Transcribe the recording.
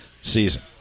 season